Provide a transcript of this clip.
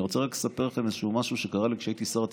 אני רוצה לספר לכם משהו שקרה לי כשהייתי שר התקשורת.